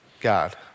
God